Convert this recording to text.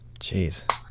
Jeez